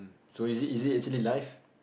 so is it is it actually live